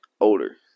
older